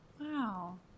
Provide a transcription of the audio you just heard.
Wow